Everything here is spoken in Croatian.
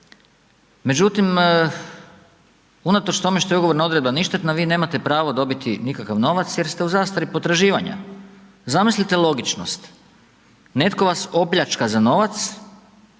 Međutim unatoč tome što je ugovorna odredba ništetna vi nemate pravo dobiti nikakav novac jer ste u zastari potraživanja. Zamislite logičnost, netko vas opljačka za novac